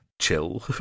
chill